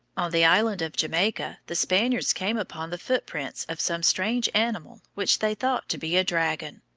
on the island of jamaica the spaniards came upon the footprints of some strange animal which they thought to be a dragon.